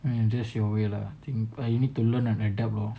!aiya! just your way lah I think you need to learn and adapt lor